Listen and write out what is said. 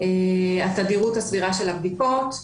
התדירות הסבירה של הבדיקות,